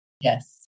Yes